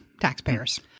taxpayers